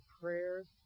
prayers